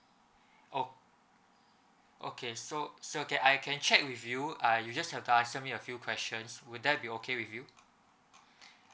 oh okay so sir can I can check with you uh you just have to ask me a few questions would that be okay with you